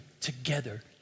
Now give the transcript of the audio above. together